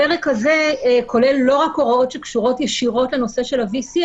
הפרק הזה כולל לא רק הוראות שקשורות ישירות לנושא של ה VC,